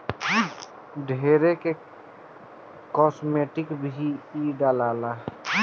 ढेरे कास्मेटिक में भी इ डलाला